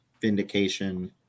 vindication